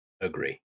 agree